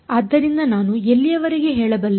ಆದ್ದರಿಂದ ನಾನು ಎಲ್ಲಿಯವರೆಗೆ ಹೇಳಬಲ್ಲೆ